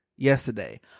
yesterday